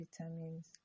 vitamins